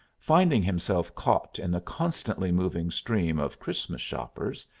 finding himself caught in the constantly moving stream of christmas shoppers,